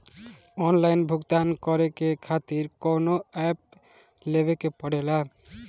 Online भुगतान करके के खातिर कौनो ऐप लेवेके पड़ेला?